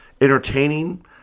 entertaining